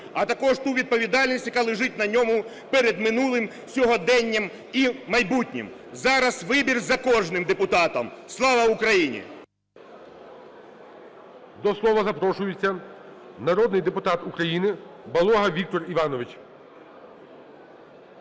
а також ту відповідальність, яка лежить на ньому перед минулим, сьогоденням і майбутнім. Зараз вибір за кожним депутатом. Слава Україні! ГОЛОВУЮЧИЙ. До слова запрошується народний депутат України Балога Віктор Іванович.